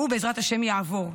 גם הוא, בעזרת השם, יעבור,